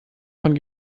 von